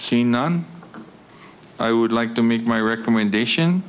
seen on i would like to make my recommendation